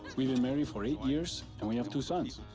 we've been married for eight years, and we have two sons.